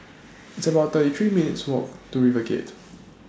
It's about thirty three minutes' Walk to RiverGate